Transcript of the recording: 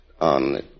on